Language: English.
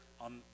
on